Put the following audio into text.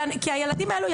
כי הילדים האלו,